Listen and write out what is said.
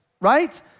right